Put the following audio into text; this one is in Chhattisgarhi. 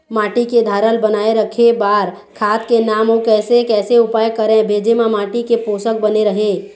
माटी के धारल बनाए रखे बार खाद के नाम अउ कैसे कैसे उपाय करें भेजे मा माटी के पोषक बने रहे?